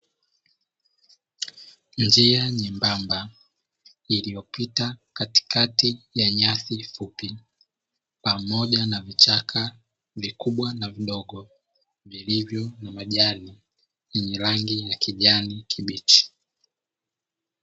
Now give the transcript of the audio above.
Njia nyembamba iliyopita katikati ya nyasi fupi, pamoja na vichaka vikubwa na vidogo vilivyo na majani yenye rangi ya kijani kibichi.